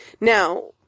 Now